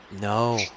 No